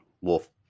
Wolf